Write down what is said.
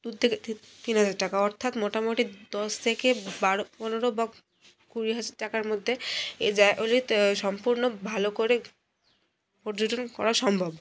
দু থেকে তিন হাজার টাকা অর্থাৎ মোটামোটি দশ থেকে বারো পনেরো বা কুড়ি হাজার টাকার মধ্যে এই জায়গাগুলি সম্পূর্ণ ভালো করে পর্যটন করা সম্ভব